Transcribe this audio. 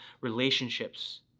relationships